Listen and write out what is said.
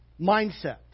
Mindset